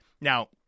Now